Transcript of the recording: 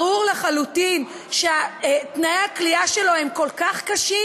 ברור לחלוטין שתנאי הכליאה שלו הם כל כך קשים,